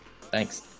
Thanks